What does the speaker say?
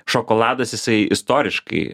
šokoladas jisai istoriškai